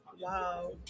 Wow